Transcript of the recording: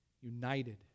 united